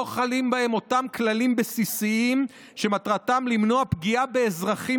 לא חלים בהם אותם כללים בסיסיים שמטרתם למנוע פגיעה באזרחים